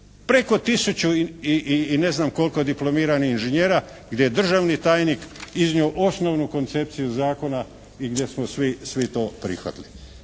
preko tisući i ne znam koliko diplomiranih inžinjera, gdje je državni tajnik iznio osnovnu koncepciju zakona i gdje smo svi to prihvatili.